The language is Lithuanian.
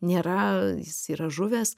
nėra jis yra žuvęs